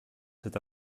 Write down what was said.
cet